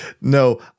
No